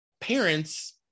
parents